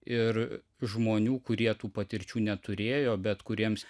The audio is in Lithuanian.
ir žmonių kurie tų patirčių neturėjo bet kuriems